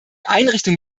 einrichtung